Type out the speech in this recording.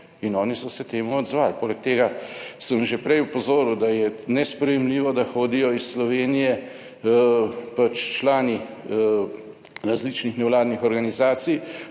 in oni so se temu odzvali. Poleg tega sem že prej opozoril, da je nesprejemljivo, da hodijo iz Slovenije pač člani različnih nevladnih organizacij